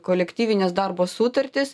kolektyvines darbo sutartis